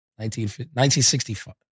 1965